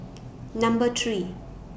Number three